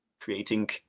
creating